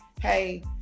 hey